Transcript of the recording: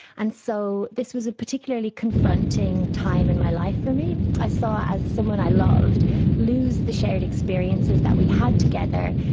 and so this was a particularly confronting time in my life for me. i saw someone i loved lose the shared experiences that we had together,